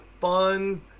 fun